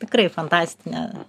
tikrai fantastinė